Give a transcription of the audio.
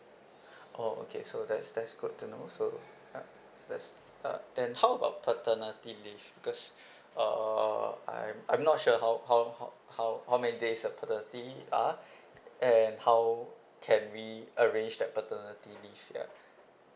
orh okay so that's that's good to know so uh that's uh then how about paternity leave because uh I'm I'm not sure how how how how many days uh paternity are and how can we arrange that paternity leave ya